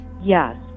yes